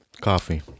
coffee